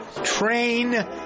Train